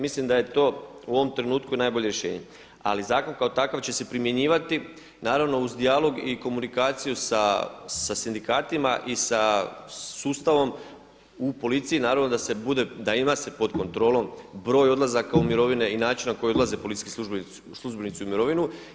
Mislim da je to u ovom trenutku najbolje rješenje, ali zakon kao takav će se primjenjivati naravno uz dijalog i komunikaciju sa sindikatima i sa sustavom u policiji naravno da se bude, da ima se pod kontrolom broj odlazaka u mirovine i način na koji odlaze policijski službenici u mirovinu.